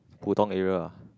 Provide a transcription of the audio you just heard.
Putong area ah